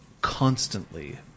constantly